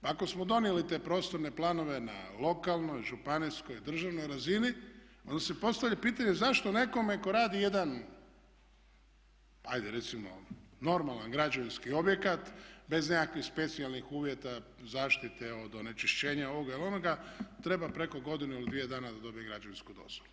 Pa ako smo donijeli te prostorne planove na lokalnoj, županijskoj i državnoj razini onda se postavlja pitanje zašto nekome tko radi jedan ajde recimo normalan građevinski objekat bez nekakvih specijalnih uvjeta zaštite od onečišćenja, ovoga, ili onoga treba preko godinu ili dvije dana da dobije građevinsku dozvolu?